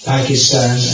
Pakistan